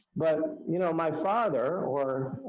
but ah you know, my father, or